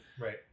Right